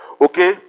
Okay